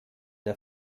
der